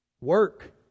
Work